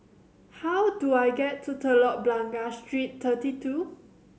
how do I get to Telok Blangah Street Thirty Two